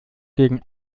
gegen